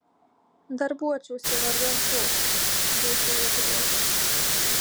darbuočiausi vardan tos dūsauja driežas